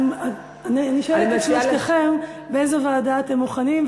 אני שואלת את שלושתכם באיזו ועדה אתם מוכנים,